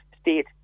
state